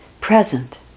present